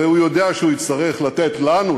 הרי הוא יודע שהוא יצטרך לתת לנו,